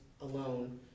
alone